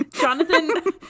Jonathan